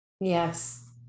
Yes